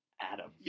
Adam